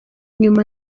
nyuma